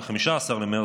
ב-15 במרץ,